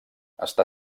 està